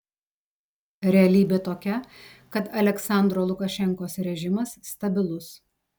realybė tokia kad aliaksandro lukašenkos režimas stabilus